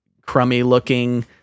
crummy-looking